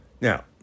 Now